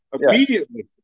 immediately